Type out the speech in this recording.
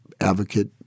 advocate